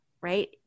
right